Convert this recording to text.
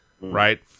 Right